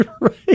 Right